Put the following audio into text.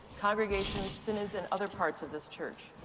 congregations, synods, and other parts of this church?